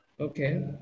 Okay